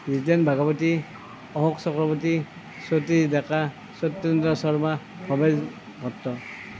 Jiten Bhagawati Ashok Chakraborty Satish Deka Satyendra Sharma Bhabesh Bhatta